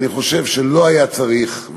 אני חושב שלא היה צריך,